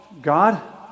God